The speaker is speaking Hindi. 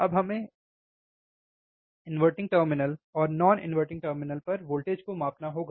अब हमें इनवर्टिंग टर्मिनल और नॉन इन्वर्टिंग टर्मिनल पर वोल्टेज को मापना होगा